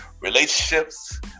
Relationships